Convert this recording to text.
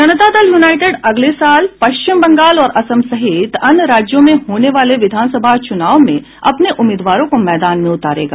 जनता Dal United अगले साल पश्चिम बंगाल और असम सहित अन्य राज्यों में होने वाले विधानसभा चूनाव में अपने उम्मीदवारों को मैदान में उतारेगा